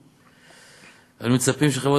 אדם הרוכש ביטוח סיעודי מבקש למנוע מצב